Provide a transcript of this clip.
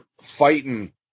fighting